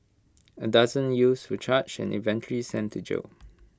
A dozen youth were charged and eventually sent to jail